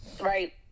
right